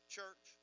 Church